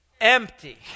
Empty